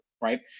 right